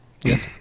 yes